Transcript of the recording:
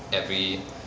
every